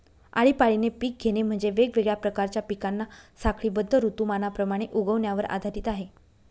आळीपाळीने पिक घेणे म्हणजे, वेगवेगळ्या प्रकारच्या पिकांना साखळीबद्ध ऋतुमानाप्रमाणे उगवण्यावर आधारित आहे